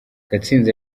gatsinzi